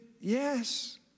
yes